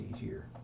easier